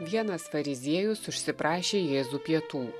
vienas fariziejus užsiprašė jėzų pietų